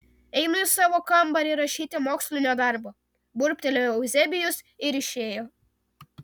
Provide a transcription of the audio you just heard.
einu į savo kambarį rašyti mokslinio darbo burbtelėjo euzebijus ir išėjo